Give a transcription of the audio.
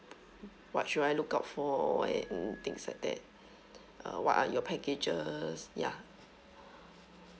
what should I look out for and things like that uh what are your packages ya